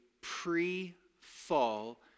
pre-fall